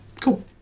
cool